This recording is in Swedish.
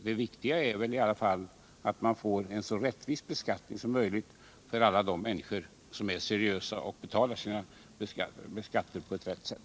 Det viktiga är att vi får en så rättvis beskattning som möjligt för alla de människor som är seriösa och betalar sina skatter på ett riktigt sätt.